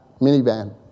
minivan